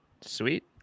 Sweet